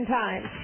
time